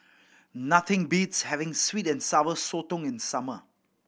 nothing beats having sweet and Sour Sotong in summer